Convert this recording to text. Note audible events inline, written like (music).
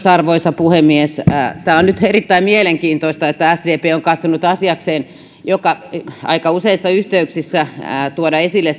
(unintelligible) arvoisa puhemies on nyt erittäin mielenkiintoista että kun perussuomalaiset ovat esittäneet täällä jotain asioita niin sdp on katsonut asiakseen aika useissa yhteyksissä tuoda esille (unintelligible)